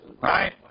Right